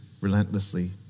relentlessly